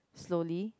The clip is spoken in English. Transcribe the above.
slowly